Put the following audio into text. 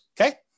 okay